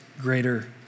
greater